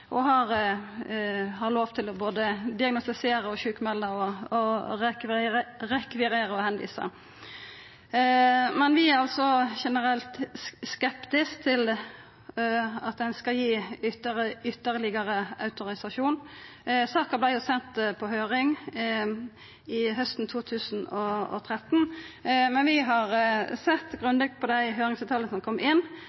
dei har ein portvaktarfunksjon og har lov til både å diagnostisera, sjukmelda, rekvirera og tilvisa. Men vi er generelt skeptiske til at ein skal gi ytterlegare autorisasjon. Saka vart send på høyring hausten 2013. Vi har sett